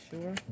sure